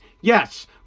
Yes